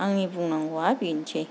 आंनि बुंनांगौवा बेनोसै